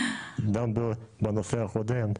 גם בנושא הקודם,